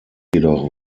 jedoch